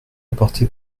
apporté